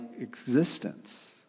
existence